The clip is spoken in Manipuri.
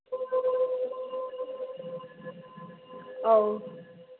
ꯑꯥꯎ